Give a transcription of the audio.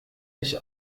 dich